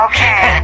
Okay